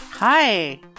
hi